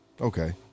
Okay